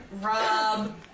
Rob